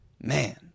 Man